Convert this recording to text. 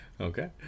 Okay